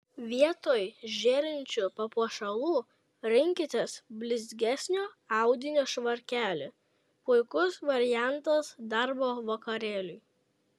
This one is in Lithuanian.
vietoj žėrinčių papuošalų rinkitės blizgesnio audinio švarkelį puikus variantas darbo vakarėliui